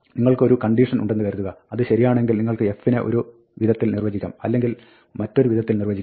നിങ്ങൾക്ക് ഒരു കണ്ടീഷൻ ഉണ്ടെന്ന് കരുതുക അത് ശരിയാണെങ്കിൽ നിങ്ങൾക്ക് f നെ ഒരു വിധത്തിൽ നിർവ്വചിക്കാം അല്ലെങ്കിൽ മറ്റൊരു വിധത്തിൽ നിർവ്വചിക്കാം